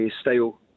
style